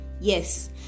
yes